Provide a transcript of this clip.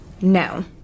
no